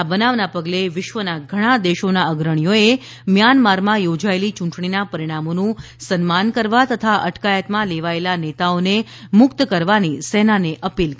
આ બનાવના પગલે વિશ્વના ઘણાં દેશેના અગ્રણીઓએ મ્યાનમારમાં યોજાયેલી યૂંટણીના પરિણામોનું સન્માન કરવા તથા અટકાયતમાં લેવાયેલા નેતાઓને મુક્ત કરવાની સેનાને અપીલ કરી છે